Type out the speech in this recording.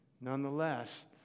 Nonetheless